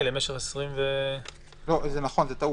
זו טעות.